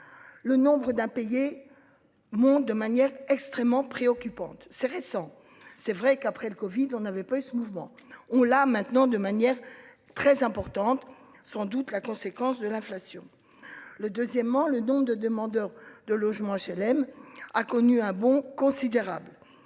Le nombre d'impayés. Monde de manière extrêmement préoccupante. C'est récent. C'est vrai qu'après le Covid, on n'avait pas eu ce mouvement on là maintenant de manière très importante, sans doute la conséquence de l'inflation. Le deuxièmement le nombre de demandeurs de logements HLM a connu un bond considérable.